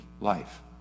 life